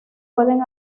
pueden